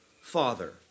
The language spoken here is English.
Father